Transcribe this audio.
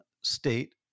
state